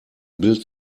bild